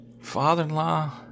father-in-law